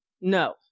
no